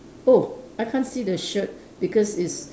oh I can't see the shirt because it's